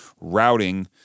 routing